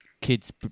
kids